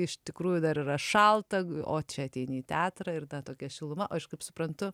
iš tikrųjų dar yra šalta o čia ateini į teatrą ir ta tokia šiluma o aš kaip suprantu